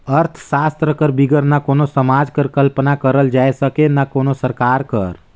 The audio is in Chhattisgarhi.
अर्थसास्त्र कर बिगर ना कोनो समाज कर कल्पना करल जाए सके ना कोनो सरकार कर